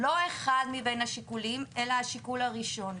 לא אחד מבין השיקולים אלא השיקול הראשון.